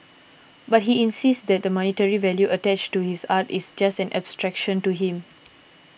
but he insists the monetary value attached to his art is just an abstraction to him